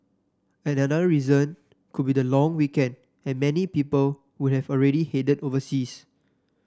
another reason could be the long weekend and many people would have already headed overseas